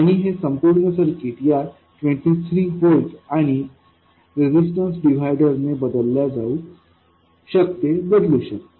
आणि हे संपूर्ण सर्किट या 23 व्होल्ट आणि रेजिस्टन्स डिव्हायडर ने बदलल्या जाऊ शकते बदलू शकते